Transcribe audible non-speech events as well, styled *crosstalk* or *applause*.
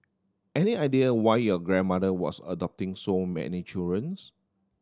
any idea why your grandmother was adopting so many children *unintelligible*